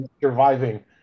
surviving